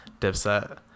Dipset